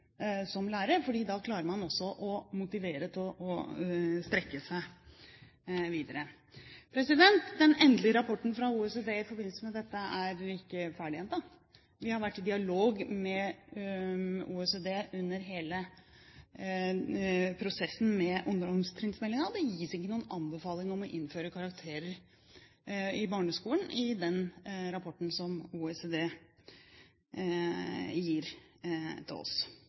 som lærer, fordi da klarer man også å motivere til å strekke seg videre. Den endelige rapporten fra OECD i forbindelse med dette er ikke ferdig enda. Vi har vært i dialog med OECD under hele prosessen med ungdomstrinnsmeldingen, og det gis ikke noen anbefaling om å innføre karakterer i barneskolen i den rapporten som OECD gir til oss.